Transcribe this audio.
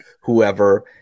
whoever